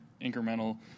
incremental